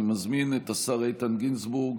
אני מזמין את השר איתן גינזבורג